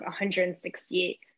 168